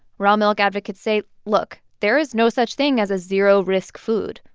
raw milk advocates say, look there is no such thing as a zero-risk food.